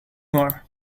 more